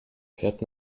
fährt